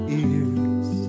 ears